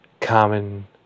common